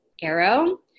arrow